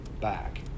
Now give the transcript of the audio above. back